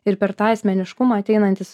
ir per tą asmeniškumą ateinantys